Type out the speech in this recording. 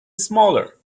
smaller